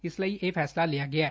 ਇਸ ਲਈ ਇਹ ਫੈਸਲਾ ਲਿਆ ਗਿਐ